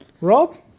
Rob